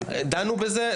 דנו בזה,